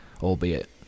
albeit